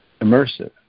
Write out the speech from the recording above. immersive